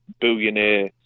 billionaire